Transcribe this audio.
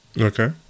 Okay